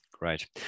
Great